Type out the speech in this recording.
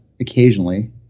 occasionally